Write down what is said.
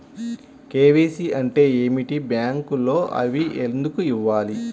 KYC అంటే ఏమిటి? బ్యాంకులో అవి ఎందుకు ఇవ్వాలి?